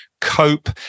cope